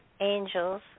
angels